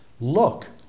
Look